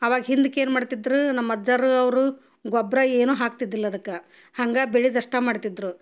ಆವಾಗ ಹಿಂದಕ್ಕೆ ಏನು ಮಾಡ್ತಿದ್ರು ನಮ್ಮ ಅಜ್ಜರು ಅವರು ಗೊಬ್ಬರ ಏನೂ ಹಾಕ್ತಿದ್ದಿಲ್ಲ ಅದಕ್ಕೆ ಹಂಗೆ ಬೆಳೆದಷ್ಟು ಮಾಡ್ತಿದ್ದರು